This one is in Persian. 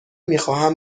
میخواهم